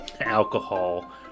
alcohol